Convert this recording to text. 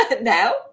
now